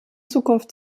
zukunft